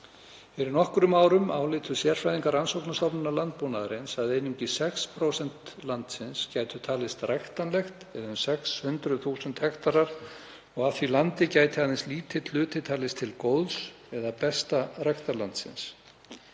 Fyrir nokkrum árum álitu sérfræðingar Rannsóknarstofnunar landbúnaðarins að einungis 6% landsins gætu talist ræktanleg eða um 600.000 hektarar og af því landi gæti aðeins lítill hluti talist til mjög góðs ræktarlands.